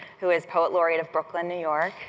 who is poet laureate of brooklyn, new york.